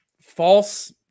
false